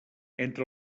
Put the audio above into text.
entre